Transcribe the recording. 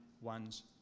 one's